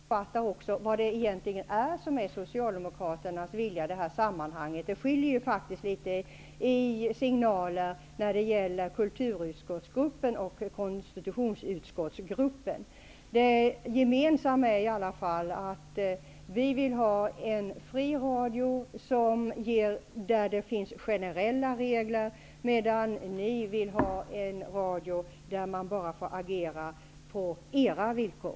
Herr talman! Jag vill alltså i detta sammanhang också säga något om det som egentligen är Socialdemokraternas vilja. Det finns faktiskt en liten skillnad mellan signalerna när det gäller kulturutskottsgruppen och konstitutionsutskottsgruppen. Gemensamt för oss är i alla fall att vi vill ha en fri radio och generella regler. Men ni vill ha en radio där man bara får agera på era villkor.